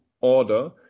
order